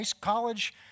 college